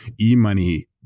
e-money